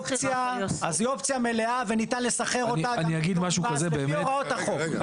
אז מדובר באופציה מלאה וניתן לסחר אותה גם בלי הוראות החוק.